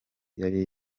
yari